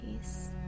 peace